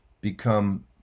become